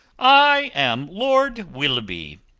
i am lord willoughby,